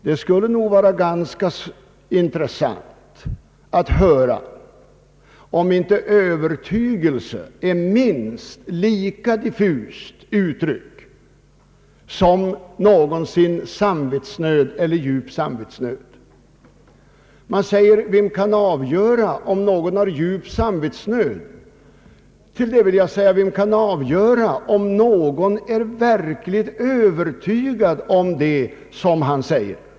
Det skulle vara ganska intressant att höra, om inte »övertygelse» är ett minst lika diffust uttryck som någonsin »samvetsnöd» eller »djup samvetsnöd». Man frågar: Vem kan avgöra om någon har djup samvetsnöd? Med anledning härav vill jag fråga: Vem kan avgöra om någon är verkligt övertygad om det som han säger?